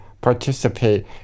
participate